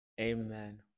Amen